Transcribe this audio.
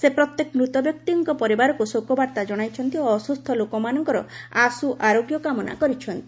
ସେ ପ୍ରତ୍ୟେକ ମୃତବ୍ୟକ୍ତିଙ୍କ ପରିବାରକୁ ଶୋକବାର୍ତ୍ତା କଣାଇଛନ୍ତି ଓ ଅସୁସ୍ଥ ଲୋକମାନଙ୍କର ଆଶୁ ଆରୋଗ୍ୟ କାମନା କରିଛନ୍ତି